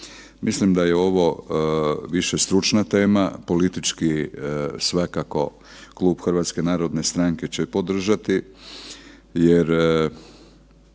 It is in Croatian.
Mislim da je ovo više stručna tema, politički svakako klub HNS-a će podržati jer